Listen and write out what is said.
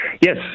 Yes